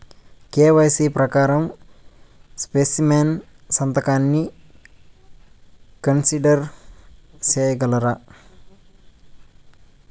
KYC ప్రకారం specimen సంతకాన్ని consider సేయగలరా?